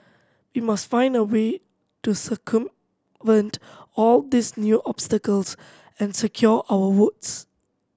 we must find a way to circumvent all these new obstacles and secure our votes